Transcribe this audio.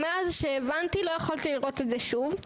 מאז שהבנתי, לא יכולתי לראות את זה שוב.